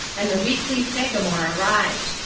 and the weekly sagamore arrived.